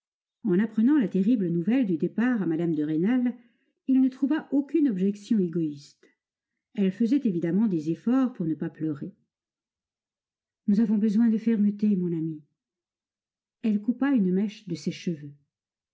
en apprenant la terrible nouvelle du départ à mme de rênal il ne trouva aucune objection égoïste elle faisait évidemment des efforts pour ne pas pleurer nous avons besoin de fermeté mon ami elle coupa une mèche de ses cheveux